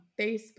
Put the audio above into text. Facebook